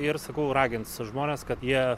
ir sakau ragins žmones kad jie